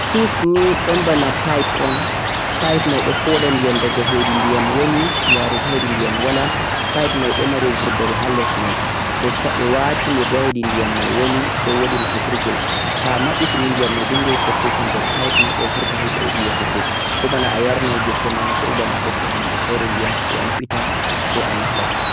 hose ni don bana pipe on, pipe mai do foodah ndiyam daga hedi ndiyam woni yarugo hedi ndiyam wala, pipe mai do mari vurdere ha les mai. Tobeh wati hedi ndiyam woni, sai wodi mabbitirghel, to'a mabbiti ni ndiyam diggai tokkugo der pipe mai do vurta hedi yidi yahugo ko bana to'a yarnai geseh ma ko bana a hokkai hunde fere ndiyam sai a mabbita a mabba.